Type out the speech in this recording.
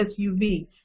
SUV